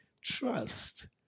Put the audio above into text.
trust